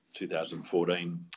2014